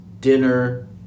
dinner